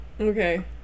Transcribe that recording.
okay